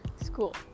School